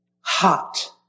hot